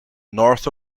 north